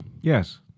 Yes